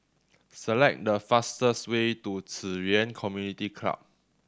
select the fastest way to Ci Yuan Community Club